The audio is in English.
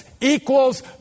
equals